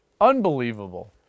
Unbelievable